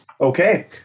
Okay